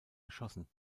erschossen